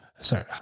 Sorry